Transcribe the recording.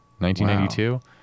1992